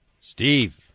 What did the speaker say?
Steve